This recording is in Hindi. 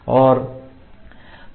तो इस तरफ छह बियरिंग हैं